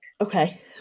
Okay